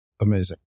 Amazing